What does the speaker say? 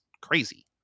crazy